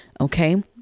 Okay